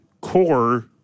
core